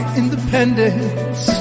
independence